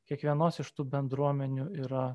kiekvienos iš tų bendruomenių yra